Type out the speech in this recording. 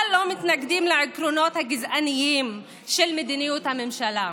לא מתנגדים לעקרונות הגזעניים של מדיניות הממשלה.